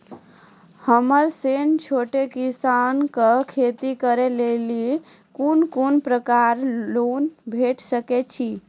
हमर सन छोट किसान कअ खेती करै लेली लेल कून कून प्रकारक लोन भेट सकैत अछि?